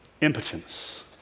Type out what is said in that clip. impotence